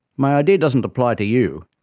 my idea doesn't apply to you.